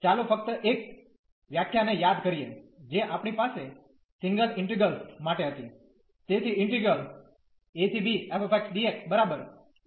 ચાલો ફક્ત એક વ્યાખ્યાને યાદ કરીએ જે આપણી પાસે સિંગલ ઇંટીગ્રેલ્સ માટે હતી